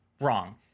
wrong